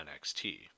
NXT